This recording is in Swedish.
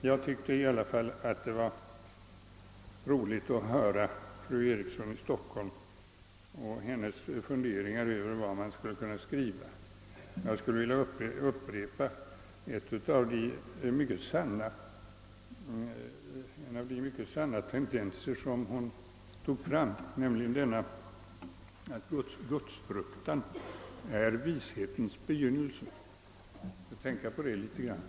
Jag tyckte i alla fall att det var roligt att höra fru Erikssons i Stockholm funderingar över vad man skulle kunna skriva. Jag vill poängtera en av de sanna tendenser hon drog fram, nämligen att gudsfruktan är vishetens begynnelse. Vi bör tänka på det litet grand.